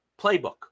playbook